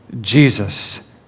Jesus